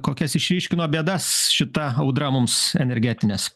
kokias išryškino bėdas šita audra mums energetines